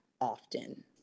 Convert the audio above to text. often